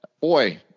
boy